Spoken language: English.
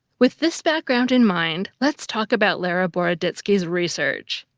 with this background in mind, let's talk about lera boroditsky's research.